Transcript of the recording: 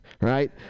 right